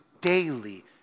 daily